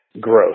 growth